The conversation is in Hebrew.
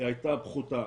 הייתה פחותה.